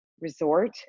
resort